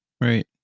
right